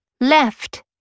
left